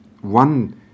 one